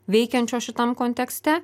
veikiančio šitam kontekste